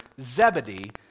Zebedee